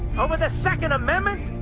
over the second amendment?